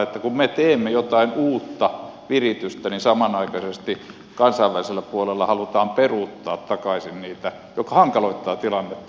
kun me teemme jotain uutta viritystä niin samanaikaisesti kansainvälisellä puolella halutaan peruuttaa takaisin niitä mikä hankaloittaa tilannetta